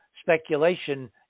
speculation